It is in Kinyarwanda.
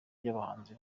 y’abahanzi